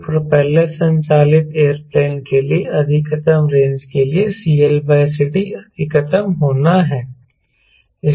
एक प्रोपेलर संचालित एयरप्लेन के लिए अधिकतम रेंज के लिए CLCD अधिकतम होना है